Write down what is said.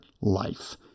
life